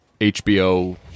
HBO